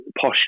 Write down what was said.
posh